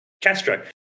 Castro